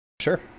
Sure